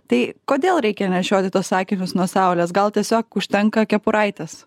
tai kodėl reikia nešioti tuos akinius nuo saulės gal tiesiog užtenka kepuraites